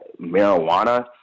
marijuana